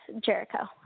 Jericho